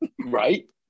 Right